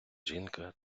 жінка